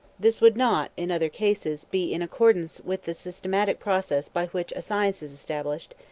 this would not in other cases be in accordance with the systematic process by which a science is established,